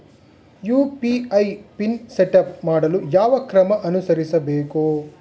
UPI PIN setup ಮಾಡಲು ಯಾವ ಕ್ರಮ ಅನುಸರಿಸಬೇಕು?